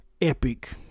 epic